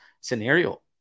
scenario